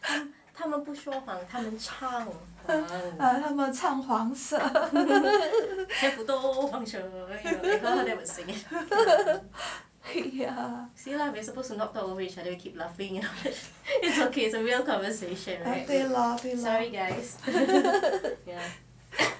他们唱黄色 ya okay loh